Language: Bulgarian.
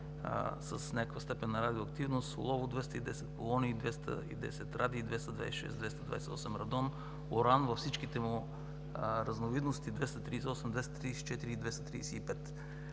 с някаква степен на радиоактивност: олово 210, полоний 210, радий – 226, 228, радон, уран във всичките му разновидности – 238, 234 и 235.